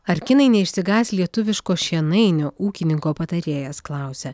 ar kinai neišsigąs lietuviško šienainio ūkininko patarėjas klausia